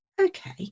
okay